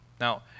Now